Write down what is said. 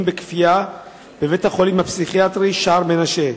בכפייה בבית-החולים הפסיכיאטרי "שער מנשה",